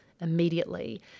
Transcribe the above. immediately